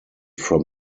from